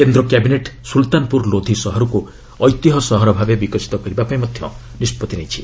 କେନ୍ଦ୍ର କ୍ୟାବିନେଟ୍ ସ୍କୁଲତାନପୁର ଲୋଧି ସହରକୁ ଐତିହ୍ୟ ସହର ଭାବେ ବିକଶିତ କରିବା ପାଇଁ ମଧ୍ୟ ନିଷ୍ପଭି ନେଇଛି